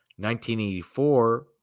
1984